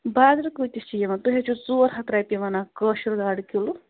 بازرٕ کۭتِس چھُ یِوان تُہۍ حَظ چھِو ژور ہتھ رۄپیہِ ونان گاڈٕ کِلوٗ